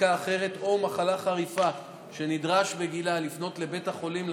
בדיקה אחרת או מחלה חריפה שנדרש בגינה לפנות לבית חולים,